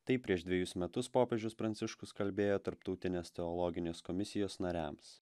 taip prieš dvejus metus popiežius pranciškus kalbėjo tarptautinės teologinės komisijos nariams